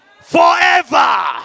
Forever